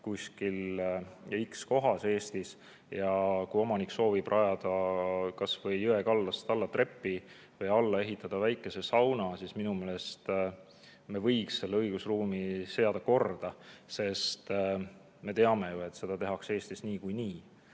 kuskil X kohas Eestis. Võib-olla omanik soovib rajada kas või jõekaldast alla trepi või alla ehitada väikese sauna, nii et minu meelest me võiksime selle õigusruumi seada korda. Sest me teame ju, et seda tehakse Eestis niikuinii.